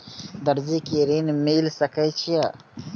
दर्जी कै ऋण मिल सके ये?